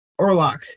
orlock